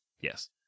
Yes